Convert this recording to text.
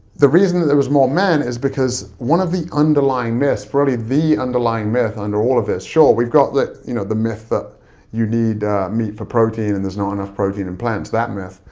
the reason that there was more men is because one of the underlying myths, probably the underlying myth, under all of this, sure, we've got you know the myth that you need meat for protein, and there's not enough protein in plants, that myth,